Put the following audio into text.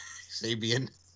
Sabian